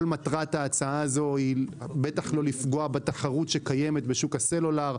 כל מטרת ההצעה הזאת היא לא לפגוע בתחרות הקיימת בשוק הסלולר.